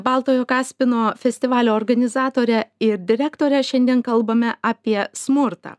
baltojo kaspino festivalio organizatore ir direktore šiandien kalbame apie smurtą